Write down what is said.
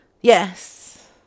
Yes